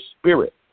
spirit